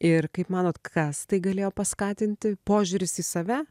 ir kaip manot kas tai galėjo paskatinti požiūris į save